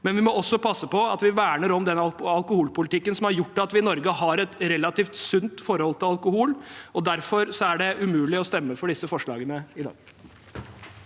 men vi må også passe på at vi verner om den alkoholpolitikken som har gjort at vi i Norge har et relativt sunt forhold til alkohol. Derfor er det umulig å stemme for disse forslagene i dag.